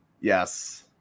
Yes